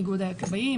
איגודי הכבאים,